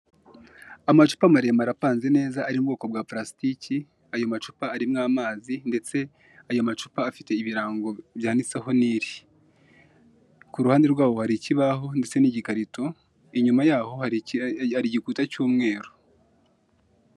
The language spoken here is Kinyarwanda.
Amacupa maremare apanze neza ari mu bwoko bwa parasitiki, ayo macupa arimo amazi ndetse ayo macupa afite ibirango byanditseho nili. Kuruhande rwaho hari ikibaho ndetse n'igikarito, inyuma yayo hari igikuta cy'umweru.,